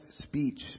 speech